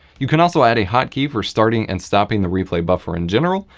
you can also add a hotkey for starting and stopping the replay buffer in general,